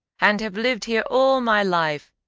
and have lived here all my life,